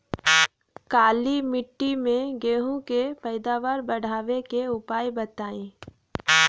काली मिट्टी में गेहूँ के पैदावार बढ़ावे के उपाय बताई?